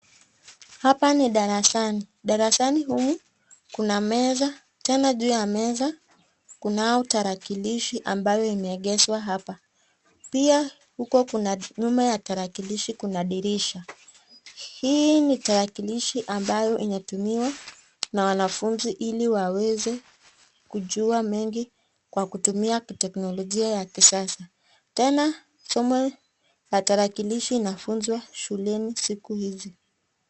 Hapa ni darasani. Darasani humu kuna meza. Tena juu ya meza kunao tarakilishi ambayo imeegeshwa hapa. Pia huko kuna nyuma ya tarakilishi kuna dirisha. Hii ni tarakilishi ambayo inatumiwa na wanafunzi ili waweze kujua mengi kwa kutumia teknolojia ya kisasa. Tena somo la tarakilishi linafunzwa shuleni siku hizi.